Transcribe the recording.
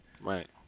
Right